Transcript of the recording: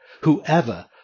whoever